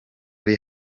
ari